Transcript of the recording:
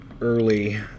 early